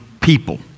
people